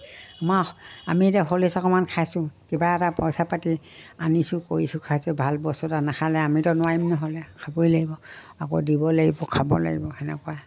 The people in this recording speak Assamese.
আমি এতিয়া হৰলিছ অকণমান খাইছোঁ কিবা এটা পইচা পাতি আনিছোঁ কৰিছোঁ খাইছোঁ ভাল বস্তু এটা নাখালে আমিতো নোৱাৰিম নহ'লে খাবই লাগিব আকৌ দিব লাগিব খাব লাগিব সেনেকুৱা